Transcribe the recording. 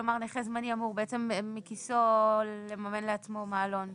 כלומר נכה זמני אמור מכיסו לממן לעצמו מעלון.